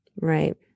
Right